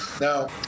Now